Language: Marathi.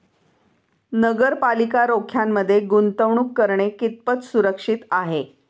नगरपालिका रोख्यांमध्ये गुंतवणूक करणे कितपत सुरक्षित आहे?